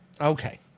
Okay